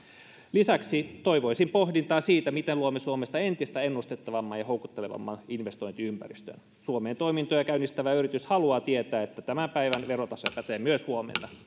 lisäksi toivoisin pohdintaa siitä miten luomme suomesta entistä ennustettavamman ja houkuttelevamman investointiympäristön suomeen toimintoja käynnistävä yritys haluaa tietää että tämän päivän verotaso pätee myös huomenna